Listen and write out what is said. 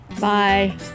Bye